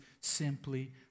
simply